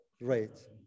Right